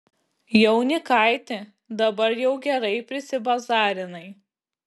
jaunikaiti dabar jau gerai prisibazarinai